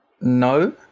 No